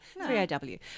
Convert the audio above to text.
3AW